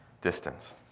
distance